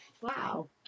Wow